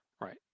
Right